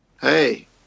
Hey